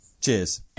Cheers